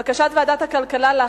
לפיכך אני קובעת שבקשתה של ועדת העבודה,